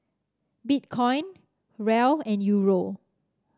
Bitcoin Riel and Euro